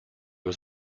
was